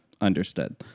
Understood